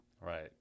Right